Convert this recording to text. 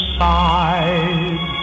side